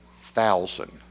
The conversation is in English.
thousand